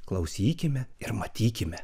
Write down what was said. klausykime ir matykime